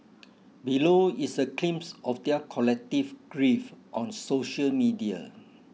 below is a glimpse of their collective grief on social media